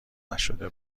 نشده